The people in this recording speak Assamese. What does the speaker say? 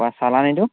অঁ চালানিটো